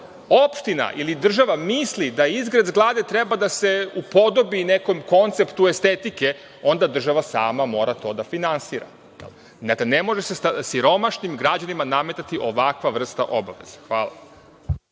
opština ili država misli da izgled zgrade treba da se upodobi nekom konceptu estetike, onda država sama mora to da finansira. Ne može se siromašnim građanima nametati ovakva vrsta obaveze. Hvala.